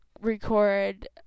record